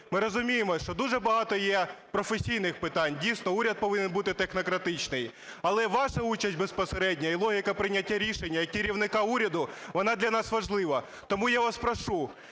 Ми розуміємо, що дуже багато є професійних питань. Дійсно, уряд повинен бути технократичний. Але ваша участь безпосередня і логіка прийняття рішення як керівника уряду, вона для нас важлива. Тому я вас прошу